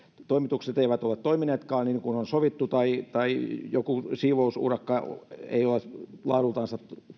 toimitukset eivät ole toimineetkaan niin kuin on sovittu tai tai joku siivousurakka ei ole laadultaan